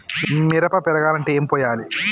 మిరప పెరగాలంటే ఏం పోయాలి?